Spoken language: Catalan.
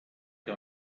que